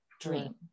dream